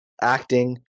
acting